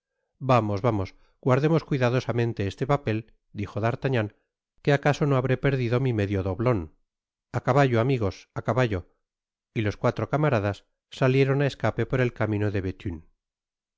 vamos vamos guardemos cuidadosamente este papel dijo d'artagnan que acaso no habré perdido mi m dio doblon á caballo amigos a cabalto y los cuatro camaradas salieron á escape por el camino de bethune